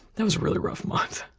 that was a really rough month.